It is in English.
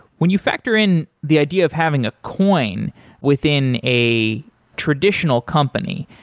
when you factor in the idea of having a coin within a traditional company,